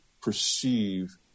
perceive